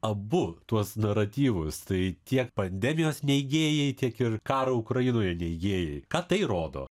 abu tuos naratyvus tai tie pandemijos neigėjai tiek ir karo ukrainoje neigėjai ką tai rodo